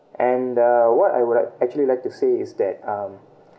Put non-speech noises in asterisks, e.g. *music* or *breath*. and uh what I would like actually like to say is that um *breath*